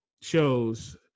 shows